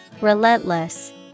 Relentless